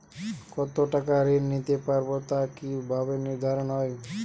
কতো টাকা ঋণ নিতে পারবো তা কি ভাবে নির্ধারণ হয়?